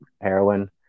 heroin